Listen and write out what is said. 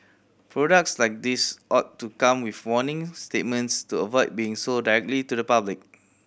products like these ought to come with warning statements to avoid being sold directly to the public